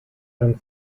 ein